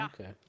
Okay